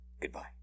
goodbye